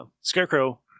Scarecrow